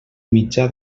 mitjà